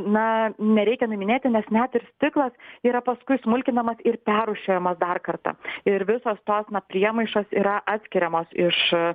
na nereikia nuiminėti nes net ir stiklas yra paskui smulkinamas ir perrūšiuojamas dar kartą ir visos tos priemaišos yra atskiriamos iš